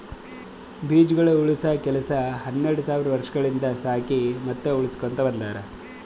ಬೀಜಗೊಳ್ ಉಳುಸ ಕೆಲಸ ಹನೆರಡ್ ಸಾವಿರ್ ವರ್ಷಗೊಳಿಂದ್ ಸಾಕಿ ಮತ್ತ ಉಳುಸಕೊತ್ ಬಂದಾರ್